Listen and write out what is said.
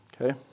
okay